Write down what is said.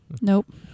Nope